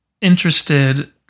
interested